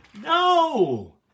No